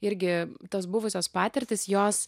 irgi tos buvusios patirtys jos